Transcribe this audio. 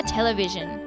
Television